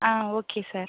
ah okay sir